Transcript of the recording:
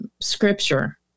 scripture